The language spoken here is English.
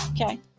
Okay